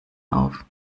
auf